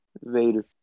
Vader